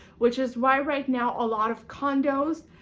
which is why right now a lot of condos,